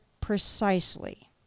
precisely